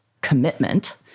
commitment